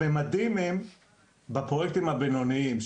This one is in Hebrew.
המימדים הם בפרויקטים הבינוניים.